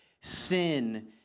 sin